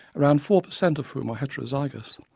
around four percent of whom are heterozygous,